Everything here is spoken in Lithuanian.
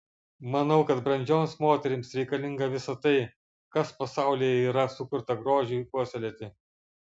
manau kad brandžioms moterims reikalinga visa tai kas pasaulyje yra sukurta grožiui puoselėti